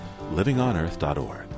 livingonearth.org